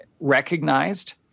recognized